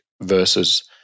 Versus